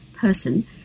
person